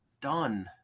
done